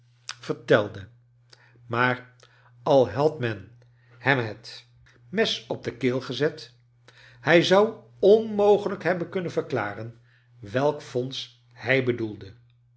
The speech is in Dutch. vertelde maar al had men hem het mes op de keel gezet hij zou onmogelijk hebben kunnen verklaren welk fonds hij bedoelde